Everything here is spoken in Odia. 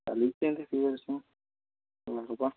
କାଲି କେନ୍ତି ସିଏ ଆସିବ ହବ